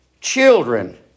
Children